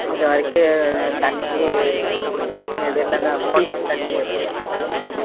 அது வரைக்கும் தண்ணிக்கு குடிக்கிறதுக்கு இதில் இந்த மோட்ரு தண்ணியை பிடிச்சி குடிச்சிக்குவோம்